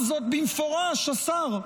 אמר זאת במפורש, השר,